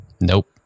Nope